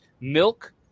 milk